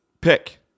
pick